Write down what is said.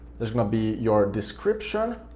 there's gonna be your description,